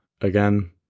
Again